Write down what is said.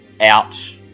out